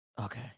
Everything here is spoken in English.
okay